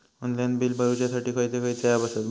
Online bill भरुच्यासाठी खयचे खयचे ऍप आसत?